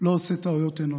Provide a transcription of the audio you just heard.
לא עושה טעויות אנוש.